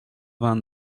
vingt